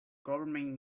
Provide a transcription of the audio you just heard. government